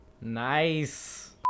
nice